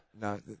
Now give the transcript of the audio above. No